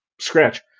scratch